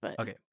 Okay